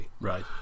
Right